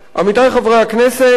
עמיתי חברי הכנסת,